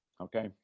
okay